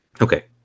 okay